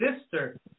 sister